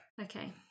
Okay